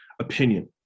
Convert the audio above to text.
opinion